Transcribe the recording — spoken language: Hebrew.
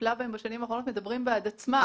טיפלה בהן בשנים האחרונות מדברים בעד עצמם.